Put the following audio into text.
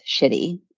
shitty